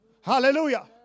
hallelujah